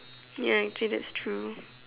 ya actually that's true